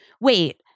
Wait